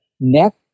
neck